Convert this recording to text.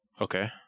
Okay